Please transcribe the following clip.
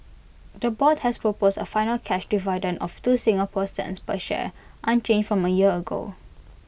the board has proposed A final cash dividend of two Singapore cents per share unchanged from A year ago